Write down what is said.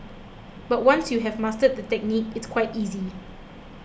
but once you have mastered the technique it's quite easy